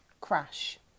Crash